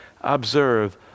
observe